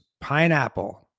pineapple